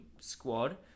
squad